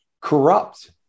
corrupt